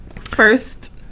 First